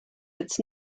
its